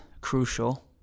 crucial